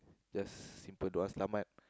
just simple doa selamat